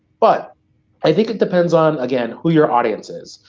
but i think it depends on, again, who your audience is.